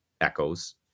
echoes